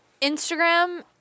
Instagram